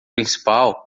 principal